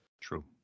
True